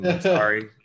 sorry